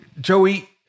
Joey